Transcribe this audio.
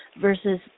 versus